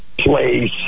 Place